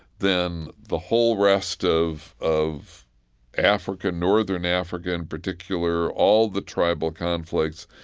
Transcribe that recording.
then the whole rest of of africa, northern africa in particular, all the tribal conflicts,